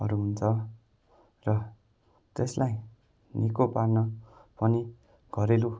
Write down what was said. हरू हुन्छ र त्यसलाई निको पार्न पनि घरेलु